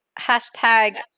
hashtag